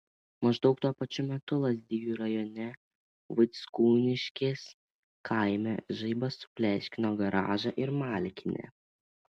maždaug tuo pačiu metu lazdijų rajone vaickūniškės kaime žaibas supleškino garažą ir malkinę